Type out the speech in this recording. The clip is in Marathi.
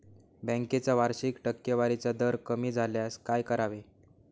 बँकेचा वार्षिक टक्केवारीचा दर कमी झाल्यास काय करावे?